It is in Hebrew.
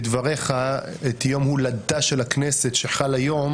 בדבריך את יום הולדתה של הכנסת שחל היום,